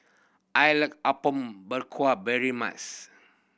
I like Apom Berkuah very